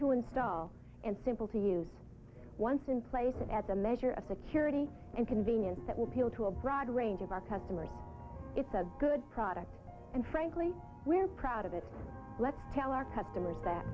to install and simple to use once in place and as a measure of the curity and convenience that will appeal to a broad range of our customers it's a good product and frankly we're proud of it let's tell our customers that